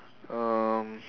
um